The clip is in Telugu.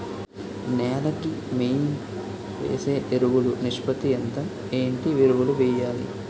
నేల కి మెయిన్ వేసే ఎరువులు నిష్పత్తి ఎంత? ఏంటి ఎరువుల వేయాలి?